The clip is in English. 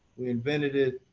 we invented it.